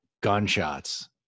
gunshots